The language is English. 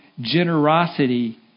generosity